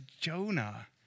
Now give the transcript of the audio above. Jonah